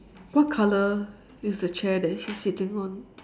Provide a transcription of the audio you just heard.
what color is the chair that he's sitting on